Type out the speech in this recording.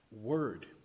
word